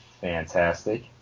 fantastic